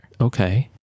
okay